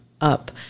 up